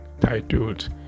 titled